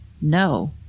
no